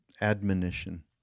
admonition